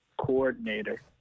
coordinator